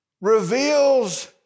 reveals